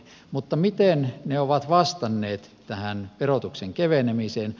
mutta miten ne ovat vastanneet tähän verotuksen kevenemiseen